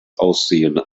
aussehen